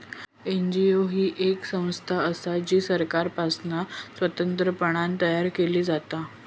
NGO ही येक संस्था असा जी सरकारपासना स्वतंत्रपणान तयार केली जाता